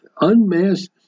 unmasked